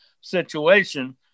situation